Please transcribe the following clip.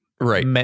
Right